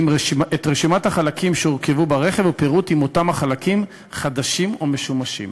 את רשימת החלקים שהורכבו ברכב ופירוט אם אותם החלקים חדשים או משומשים.